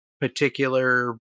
particular